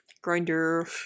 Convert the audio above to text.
grinder